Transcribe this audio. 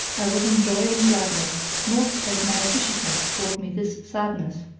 i was in joy and gladness, nought save my officiousness brought me this sadness.